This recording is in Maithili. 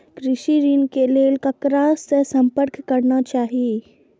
कृषि ऋण के लेल ककरा से संपर्क करना चाही?